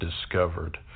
discovered